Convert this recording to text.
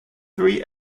three